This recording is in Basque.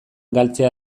galtzea